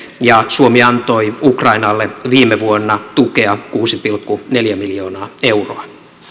ja suomi antoi ukrainalle viime vuonna tukea kuusi pilkku neljä miljoonaa euroa